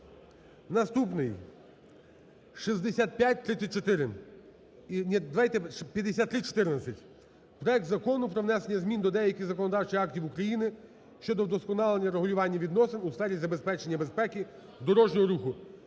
Наступний: 6534… Ні, давайте 5314: проект Закону про внесення змін до деяких законодавчих актів України щодо вдосконалення регулювання відносин у сфері забезпечення безпеки дорожнього руху